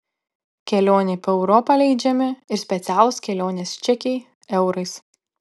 kelionei po europą leidžiami ir specialūs kelionės čekiai eurais